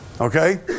Okay